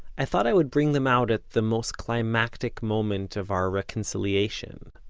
i thought i would bring them out at the most climactic moment of our reconciliation.